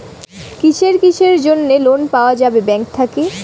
কিসের কিসের জন্যে লোন পাওয়া যাবে ব্যাংক থাকি?